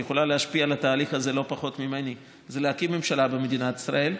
את יכולה להשפיע על התהליך הזה לא פחות ממני: להקים ממשלה במדינת ישראל,